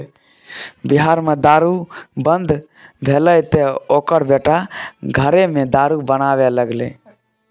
बिहार मे दारू बन्न भेलै तँ ओकर बेटा घरेमे दारू बनाबै लागलै